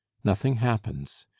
nothing happens,